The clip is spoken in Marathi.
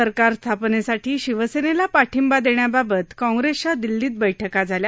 सरकार स्थापनस्तीठी शिवसन्त्री पाठिंबा दर्ष्याबाबत काँग्रस्तिया दिल्लीत बैठका झाल्या